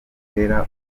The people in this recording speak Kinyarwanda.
bitera